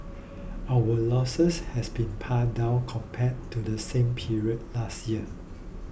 our losses has been pared down compared to the same period last year